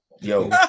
Yo